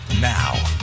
Now